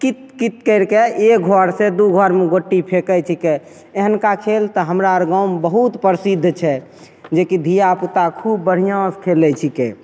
आओर कितकित करिके एक घरसँ दू घरमे गोटी फेके छीकै एहनका खेल तऽ हमरा अर गाँवमे बहुत प्रसिद्ध छै जेकि धिया पूता खूब बढ़िआँसँ खेलय छीकै